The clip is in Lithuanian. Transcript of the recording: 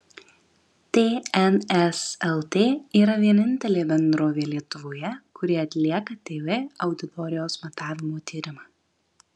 tns lt yra vienintelė bendrovė lietuvoje kuri atlieka tv auditorijos matavimo tyrimą